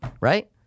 right